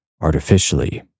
artificially